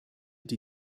die